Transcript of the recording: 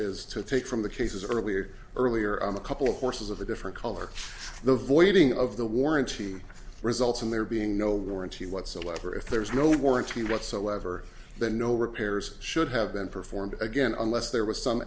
is to take from the cases earlier earlier on a couple of horses of a different color the voiding of the warranty results in there being no warranty whatsoever if there is no warranty whatsoever that no repairs should have been performed again unless there was some